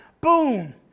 boom